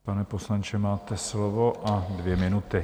Pane poslanče, máte slovo a dvě minuty.